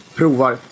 provar